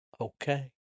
Okay